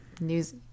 news